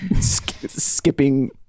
skipping